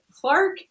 Clark